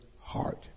heart